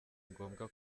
ngombwa